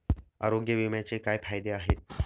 आरोग्य विम्याचे काय फायदे आहेत?